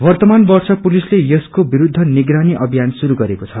वर्तमान वर्ष पुलिसले यसको विरूद्ध निगरानी अभियान शुरू गरेको छ